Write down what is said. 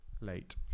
late